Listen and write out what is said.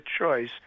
choice